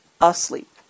asleep